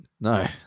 no